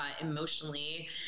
emotionally